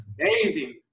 amazing